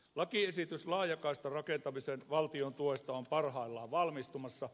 lakiesitys laajakaistan rakentamisen valtion tuesta on parhaillaan valmistumassa